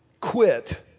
quit